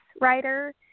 writer